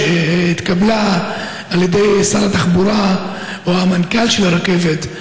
שהתקבלה על ידי שר התחבורה או המנכ"ל של הרכבת,